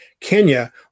Kenya